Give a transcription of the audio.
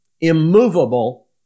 immovable